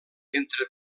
entre